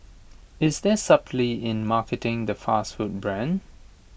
is there subtlety in marketing the fast food brand